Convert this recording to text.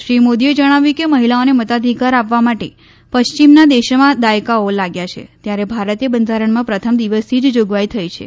શ્રી મોદીએ જણાવ્યું કે મહિલાઓને મતાધિકાર આપવા માટે પશ્વિમના દેશોમાં દાયકાઓ લાગ્યા છે ત્યારે ભારતીય બંધારણમાં પ્રથમ દિવસથી જ જોગવાઇ થઇ છે